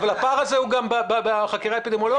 אבל הפער הזה הוא גם בחקירה אפידמיולוגית.